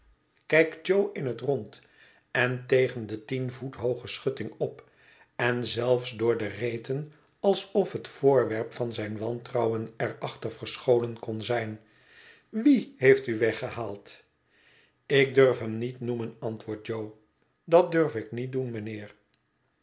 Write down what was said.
kijkt jo in het rond en tegen de tien voet hooge schutting op en zelfs door de reten alsof het voorwerp van zijn wantrouwen er achter verscholen kon zijn wie heeft u weggehaald ik durf hem niet noemen antwoordt jo dat durf ik niet doen mijnheer